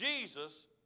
Jesus